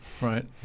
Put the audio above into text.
Right